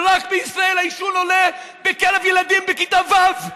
ורק בישראל העישון עולה בקרב ילדים בכיתה ו'.